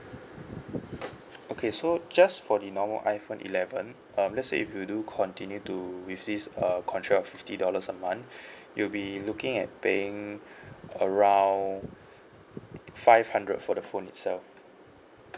okay so just for the normal iphone eleven um let's say if you do continue to with this err contract of fifty dollars a month you'll be looking at paying around five hundred for the phone itself